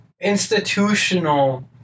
institutional